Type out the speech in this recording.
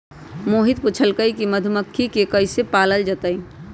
मोहित पूछलकई कि मधुमखि के कईसे पालल जतई